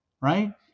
right